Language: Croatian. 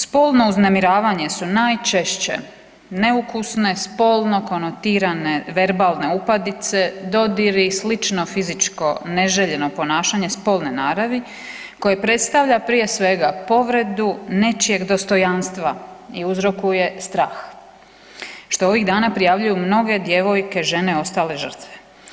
Spolno uznemiravanje su najčešće neukusne spolno konotirane verbalne upadice, dodiri i slično fizičko neželjeno ponašanje spolne naravi koje predstavlja prije svega povredu nečijeg dostojanstva i uzrokuje strah, što ovih dana prijavljuju mnoge djevojke, žene i ostale žrtve.